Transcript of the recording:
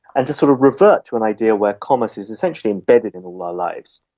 and to sort of revert to an idea where commerce is essentially embedded in all our lives,